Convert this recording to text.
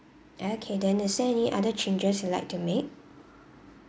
okay then is there any other changes you would like to make